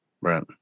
Right